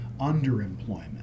underemployment